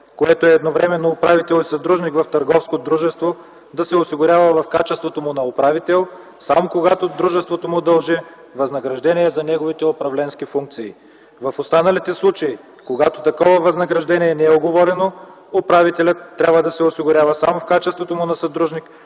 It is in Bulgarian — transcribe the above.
което е едновременно управител и съдружник в търговско дружество, да се осигурява в качеството му на управител, само когато дружеството му дължи възнаграждение за неговите управленски функции. В останалите случаи, когато такова възнаграждение не е уговорено, управителят трябва да се осигурява само в качеството му на съдружник